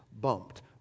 bumped